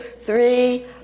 three